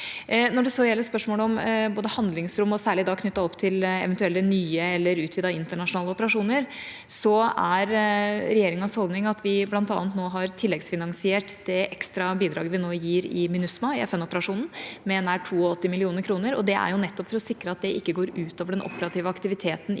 Når det så gjelder spørsmålet om handlingsrom, særlig knyttet til eventuelle nye eller utvidede internasjonale operasjoner, er regjeringas holdning at vi bl.a. nå har tilleggsfinansiert det ekstra bidraget vi nå gir i MINUSMA, FN-operasjonen, med nær 82 mill. kr. Det er nettopp for å sikre at det ikke går ut over den operative aktiviteten